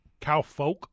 Cowfolk